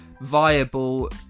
viable